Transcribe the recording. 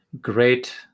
great